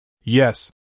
Yes